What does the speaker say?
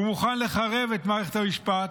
הוא מוכן לחרב את מערכת המשפט,